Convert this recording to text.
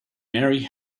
mary